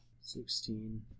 sixteen